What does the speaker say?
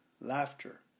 laughter